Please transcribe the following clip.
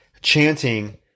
chanting